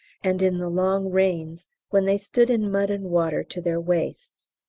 and in the long rains when they stood in mud and water to their waists.